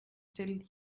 still